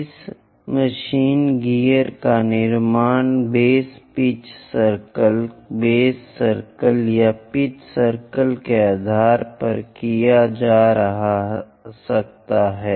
इस machine gear का निर्माण base pitch circle base circle या पिच सर्कल के आधार पर किया जा सकता है